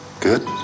Good